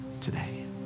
today